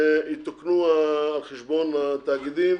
שיתוקנו על חשבון התאגידים.